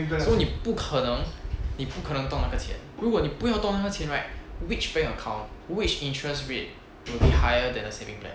so 你不可能你不可能动那个钱如果你不要动那个钱 right which bank account which interest rate will be higher than the saving plan